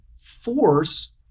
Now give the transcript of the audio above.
force